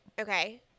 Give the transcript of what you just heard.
Okay